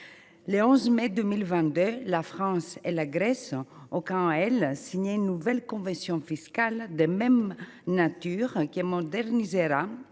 Le 11 mai 2022, la France et la Grèce ont, quant à elles, signé une nouvelle convention fiscale, de même nature, qui modernisera